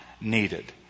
needed